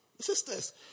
sisters